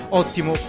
ottimo